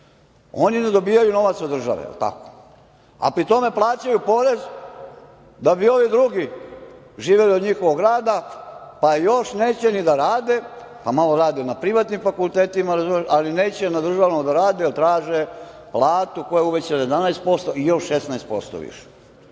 Oni ne dobijaju novac od države, a pri tome plaćaju porez da bi ovi drugi živeli od njihovog rada, pa još neće ni da rade, pa malo rade na privatnim fakultetima, ali neće na državnom da rade, jer traže platu koja je uvećana 11% i još 16% više. Sada